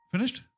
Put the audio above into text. Finished